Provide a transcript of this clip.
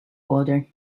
water